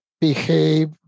behave